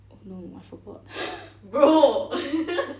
oh no I forgot